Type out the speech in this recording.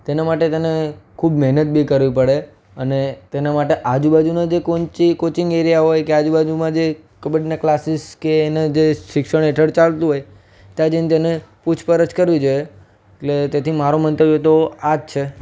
તેના માટે તેને ખૂબ મહેનત બી કરવી પડે અને તેના માટે આજુબાજુના જે કોચિંગ એરિયા હોય કે આજુ બાજુમાં જે કબડ્ડીના ક્લાસિસ કે એને જે શિક્ષણ હેઠળ ચાલતું હોય ત્યાં જઈને તેણે પૂછપરછ કરવી જોઈએ એટલે તેથી મારું મંતવ્ય તો આ જ છે